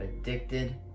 Addicted